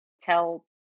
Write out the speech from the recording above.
Tell